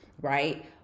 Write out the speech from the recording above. right